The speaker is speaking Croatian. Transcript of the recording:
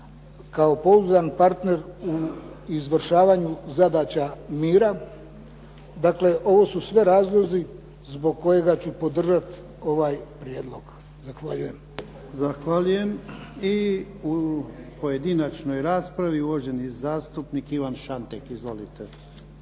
kao pouzdan partner u izvršavanju zadaća mira. Dakle, ovo su sve razlozi zbog kojih ću podržati ovaj prijedlog. Zahvaljujem. **Jarnjak, Ivan (HDZ)** Zahvaljujem. I u pojedinačnoj raspravi uvaženi zastupnik Ivan Šantek. Izvolite.